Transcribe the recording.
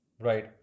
Right